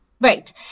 Right